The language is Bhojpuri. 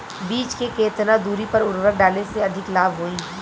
बीज के केतना दूरी पर उर्वरक डाले से अधिक लाभ होई?